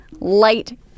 light